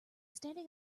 standing